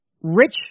Rich